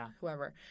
whoever